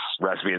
recipe